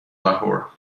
lahore